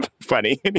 funny